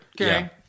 Okay